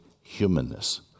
humanness